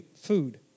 food